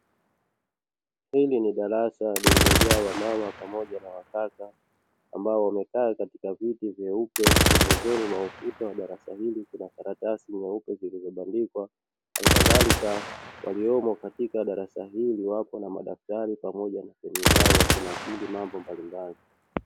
Hili ni darasa lililojaa wa mama pamoja na wa kaka, ambao wamekaa katika viti vyeupe; pembezoni mwa ukuta wa darasa hili kuna karatasi nyeupe zilizobandikwa. Halikadhalika waliomo katika darasa hili wako na madaftari pamoja na peni zao wakinakili mambo mbalimbali.